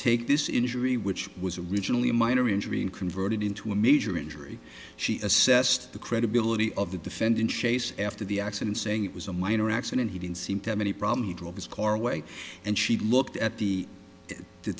take this injury which was originally a minor injury and converted into a major injury she assessed the credibility of the defendant chase after the accident saying it was a minor accident he didn't seem to have any problem he drove his car away and she looked at the t